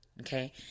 Okay